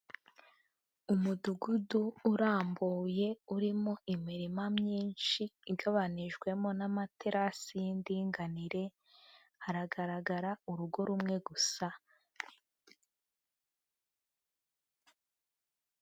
Umudugudu urambuye urimo imirima myinshi, igabanyijemo n'amaterasi y'indinganire, hagaragara urugo rumwe gusa.